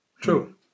True